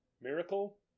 Miracle